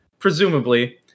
Presumably